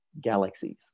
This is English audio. galaxies